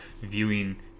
viewing